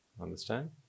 understand